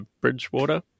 Bridgewater